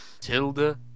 Tilda